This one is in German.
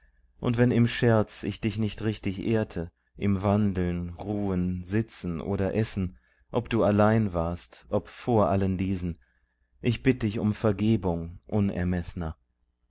und wenn im scherz ich dich nicht richtig ehrte im wandeln ruhen sitzen oder essen ob du allein warst ob vor allen diesen ich bitt dich um vergebung